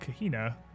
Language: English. Kahina